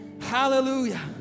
Hallelujah